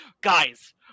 Guys